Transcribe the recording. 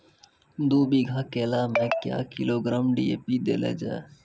दू बीघा केला मैं क्या किलोग्राम डी.ए.पी देले जाय?